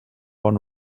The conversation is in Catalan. bon